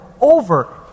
over